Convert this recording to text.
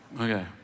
Okay